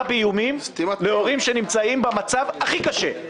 באיומים להורים שנמצאים במצב הכי קשה.